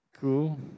Cool